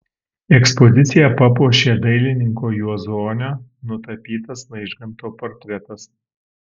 ekspoziciją papuošė dailininko juozonio nutapytas vaižganto portretas